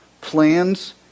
plans